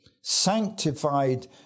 sanctified